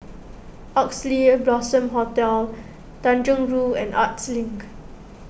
Oxley Blossom Hotel Tanjong Rhu and Arts Link